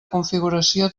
configuració